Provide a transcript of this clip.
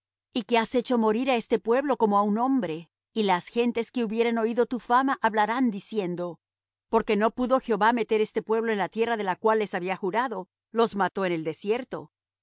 y que has hecho morir á este pueblo como á un hombre y las gentes que hubieren oído tu fama hablarán diciendo porque no pudo jehová meter este pueblo en la tierra de la cual les había jurado los mató en el desierto